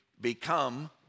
become